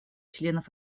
членов